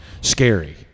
scary